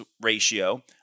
ratio